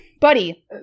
Buddy